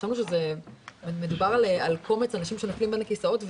חשבנו שמדובר על קומץ אנשים שנופלים בין הכיסאות,